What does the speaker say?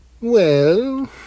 Well